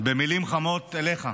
במילים חמות אליך.